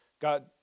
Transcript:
got